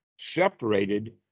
separated